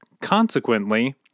consequently